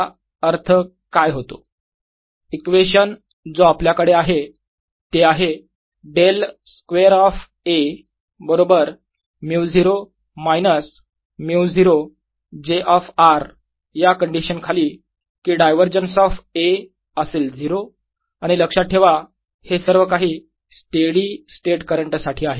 A0 2A 0j equation जो आपल्याकडे आहे ते आहे डेल स्क्वेअर ऑफ A बरोबर μ0 मायनस μ0 j ऑफ r या कंडीशन खाली कि डायवरजन्स ऑफ A असेल 0 आणि लक्षात ठेवा हे सर्व काही स्टेडी स्टेट करंट साठी आहे